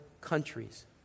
countries